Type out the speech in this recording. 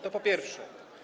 To po pierwsze.